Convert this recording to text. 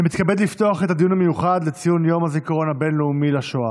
אני מתכבד לפתוח את הדיון המיוחד לציון יום הזיכרון הבין-לאומי לשואה.